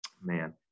Man